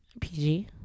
PG